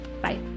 Bye